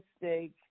mistake